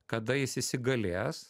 kada jis įsigalės